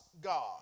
God